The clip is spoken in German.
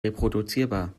reproduzierbar